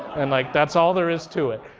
and like that's all there is to it.